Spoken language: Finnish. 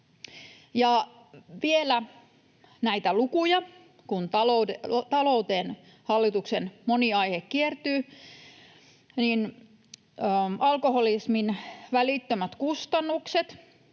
vielä näitä lukuja, kun talouteen hallituksen moni aihe kiertyy: Alkoholismin välittömät kustannukset